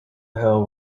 hill